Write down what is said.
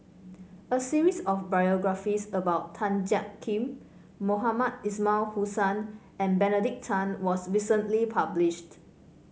a series of biographies about Tan Jiak Kim Mohamed Ismail Hussain and Benedict Tan was recently published